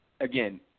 again